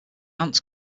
ant